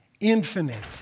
Infinite